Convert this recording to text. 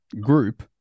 group